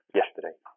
yesterday